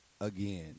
again